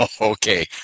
okay